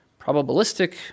probabilistic